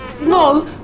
No